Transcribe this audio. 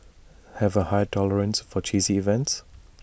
have A high tolerance for cheesy events